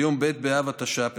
ביום ב' באב התש"ף,